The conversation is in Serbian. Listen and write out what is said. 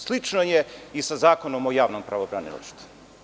Slično je i sa Zakonom o javnom pravobranilaštvu.